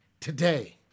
today